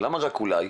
למה רק אולי?